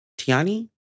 Tiani